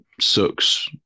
sucks